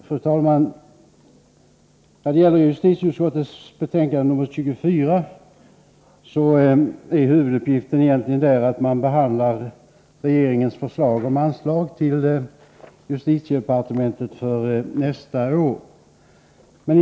Fru talman! När det gäller justitieutskottets betänkande nr 24 är huvuduppgiften egentligen att behandla regeringens förslag om anslag till justitiedepartementet för nästa budgetår.